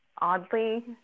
Oddly